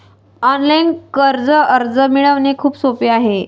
online कर्ज अर्ज मिळवणे खूप सोपे आहे